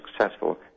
successful